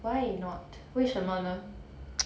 why not 为什么呢